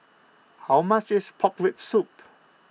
how much is Pork Rib Soup